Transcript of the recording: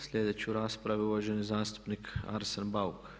Sljedeću raspravu uvaženi zastupnik Arsen Bauk.